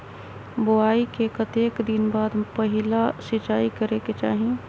बोआई के कतेक दिन बाद पहिला सिंचाई करे के चाही?